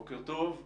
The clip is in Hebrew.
בוקר טוב.